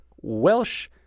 Welsh